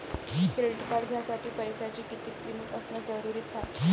Credit card घ्यासाठी पैशाची कितीक लिमिट असनं जरुरीच हाय?